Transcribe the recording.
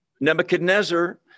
Nebuchadnezzar